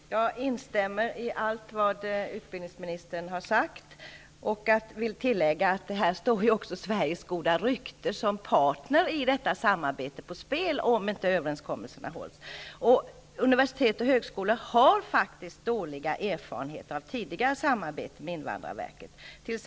Herr talman! Jag instämmer i allt vad utbildningsministern har sagt och vill tillägga att här står också Sveriges goda rykte som partner i detta samarbete på spel, om inte överenskommelsen hålls. Universitet och högskolor har dåliga erfarenheter av tidigare samarbete med invandrarverket.